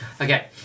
Okay